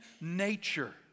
nature